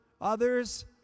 others